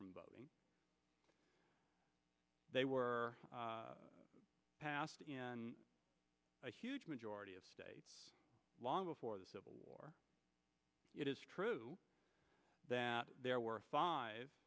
from voting they were passed huge majority of states long before the civil war it is true that there were five